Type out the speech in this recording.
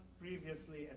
previously